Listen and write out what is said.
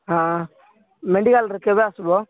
ହଁ ମେଡିକାଲ୍ରେ କେବେ ଆସିବ